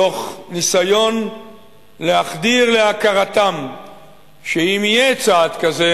מתוך ניסיון להחדיר להכרתם שאם יהיה צעד כזה,